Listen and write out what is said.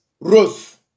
Ruth